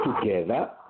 together